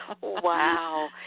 Wow